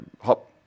hop